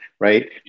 right